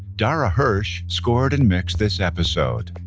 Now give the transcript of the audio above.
dara hirsch scored and mixed this episode